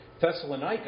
Thessalonica